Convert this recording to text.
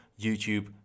YouTube